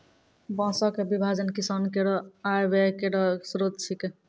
बांसों क विभाजन किसानो केरो आय व्यय केरो स्रोत छिकै